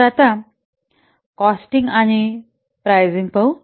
तर आता कॉस्टिंग आणि प्रायसिंग पाहू